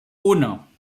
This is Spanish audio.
uno